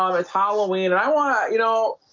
um it's halloween. and i wanna you know,